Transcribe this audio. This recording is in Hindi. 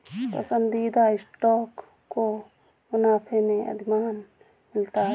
पसंदीदा स्टॉक को मुनाफे में अधिमान मिलता है